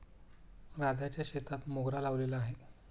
राधाच्या शेतात मोगरा लावलेला आहे